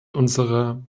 unserer